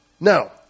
Now